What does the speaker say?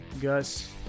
Gus